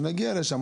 שכאשר נגיע לשם,